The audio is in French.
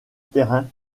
terrain